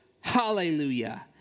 hallelujah